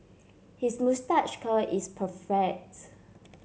his moustache curl is perfect